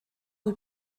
rue